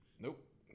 Nope